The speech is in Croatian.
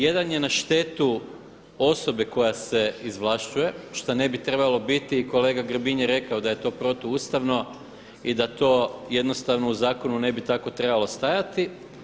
Jedan je na štetu osobe koja se izvlašćuje šta ne bi trebalo biti i kolega Grbin je rekao da je to protuustavno i da to u zakonu ne bi tako trebalo stajati.